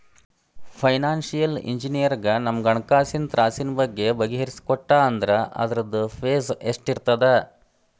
Financial ಇಂಜಿನಿಯರಗ ನಮ್ಹಣ್ಕಾಸಿನ್ ತ್ರಾಸಿನ್ ಬಗ್ಗೆ ಬಗಿಹರಿಸಿಕೊಟ್ಟಾ ಅಂದ್ರ ಅದ್ರ್ದ್ ಫೇಸ್ ಎಷ್ಟಿರ್ತದ?